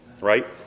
right